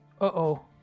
Uh-oh